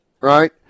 right